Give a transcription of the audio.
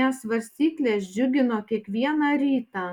nes svarstyklės džiugino kiekvieną rytą